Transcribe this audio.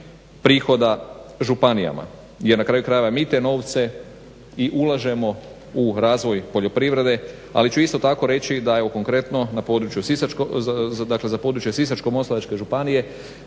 prihoda županijama jer na kraju krajeva mi te novce i ulažemo u razvoj poljoprivrede ali ću isto tako reći da je konkretno na području Sisačko-moslavačke županije